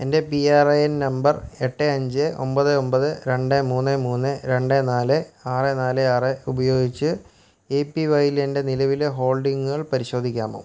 എൻ്റെ P R A N നമ്പർ എട്ട് അഞ്ച് ഒമ്പത് ഒമ്പത് രണ്ട് മൂന്ന് മൂന്ന് രണ്ട് നാല് ആറ് നാല് ആറ് ഉപയോഗിച്ച് എ പി വൈയിലെ എൻ്റെ നിലവിലെ ഹോൾഡിംഗുകൾ പരിശോധിക്കാമോ